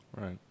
right